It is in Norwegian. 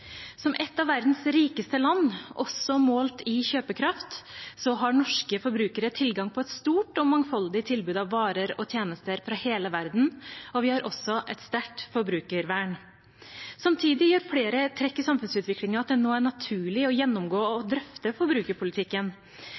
Som et av verdens rikeste land, også målt i kjøpekraft, har norske forbrukere tilgang på et stort og mangfoldig tilbud av varer og tjenester fra hele verden. Vi har også et sterkt forbrukervern. Samtidig gjør flere trekk i samfunnsutviklingen at det nå er naturlig å gjennomgå og drøfte forbrukerpolitikken.